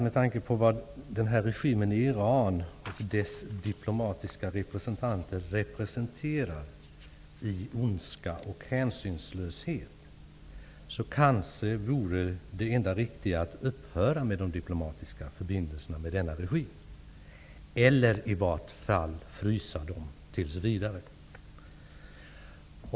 Med tanke på vad regimen i Iran och dess diplomatiska representanter representerar i ondska och hänsynslöshet vore kanske det enda riktiga att upphöra med eller i varje fall frysa de diplomatiska förbindelserna med denna regim tills vidare.